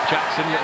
Jackson